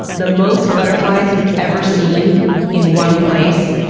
the most butterflies he's ever seen in one place,